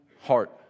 heart